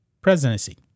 presidency